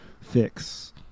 fix